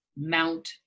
mount